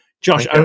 josh